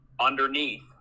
underneath